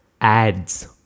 ads